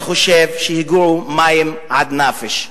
אני חושב שהגיעו מים עד נפש,